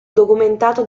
documentato